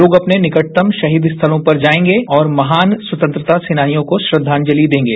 लोग अपने निकटतम शहीद स्थलों पर जाएंगे और महान स्वतंत्रता सेनानियाँ को श्रद्धांजलि देंगे